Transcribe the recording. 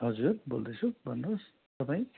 हजुर बोल्दैछु भन्नु होस् तपाईँ